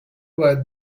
باید